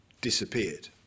disappeared